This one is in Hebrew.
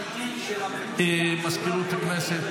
הודעה למזכירות הכנסת.